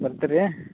ಬರ್ತೀರಿ